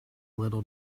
little